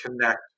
connect